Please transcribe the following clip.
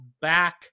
back